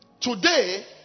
Today